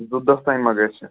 زٕ دۄہ تام ما گژھِ